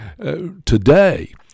today